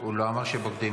הוא לא אמר שבוגדים.